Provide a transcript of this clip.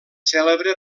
cèlebre